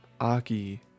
Aki